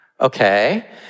okay